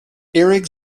erik